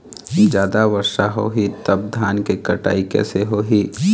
जादा वर्षा होही तब धान के कटाई कैसे होही?